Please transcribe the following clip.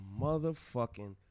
motherfucking